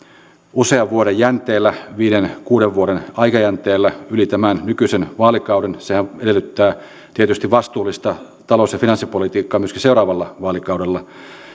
usean vuoden jänteellä viiden kuuden vuoden aikajänteellä yli tämän nykyisen vaalikauden sehän edellyttää tietysti vastuullista talous ja finanssipolitiikkaa myöskin seuraavalla vaalikaudella